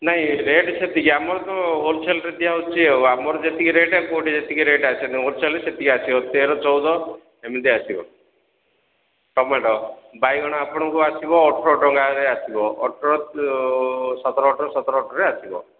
ନାଇ ରେଟ୍ ସେତିକି ଆମର ତ ହୋଲସେଲ୍ରେ ଦିଆହେଉଛି ଆଉ ଆମର ଯେତିକି ରେଟ୍ କେଉଁଠି ସେତିକି ରେଟ୍ ଆସୁନି ହୋଲସେଲ୍ରେ ସେତିକି ଆସିବ ତେର ଚଉଦ ଏମିତି ଆସିବ ଟମାଟ ବାଇଗଣ ଆପଣଙ୍କୁ ଆସିବ ଅଠର ଟଙ୍କାରେ ଆସିବ ଅଠର ସତର ଅଠର ସତର ଅଠରରେ ଆସିବ